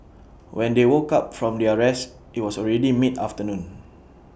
when they woke up from their rest IT was already mid afternoon